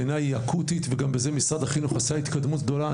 בעיניי היא אקוטית וגם בזה משרד החינוך עשה התקדמות גדולה.